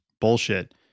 bullshit